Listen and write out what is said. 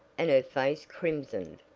and her face crimsoned.